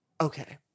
Okay